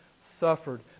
suffered